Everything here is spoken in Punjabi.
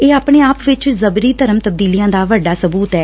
ਇਹ ਆਪਣੇ ਆਪ ਵਿਚ ਜਬਰੀ ਧਰਮ ਤਬਦੀਲੀਆਂ ਦਾ ਵੱਡਾ ਸਬੁਤ ਐ